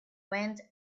went